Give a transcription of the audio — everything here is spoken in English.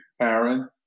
Aaron